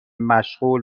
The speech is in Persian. مشغول